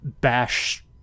bash